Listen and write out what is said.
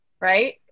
Right